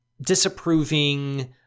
disapproving